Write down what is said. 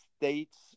states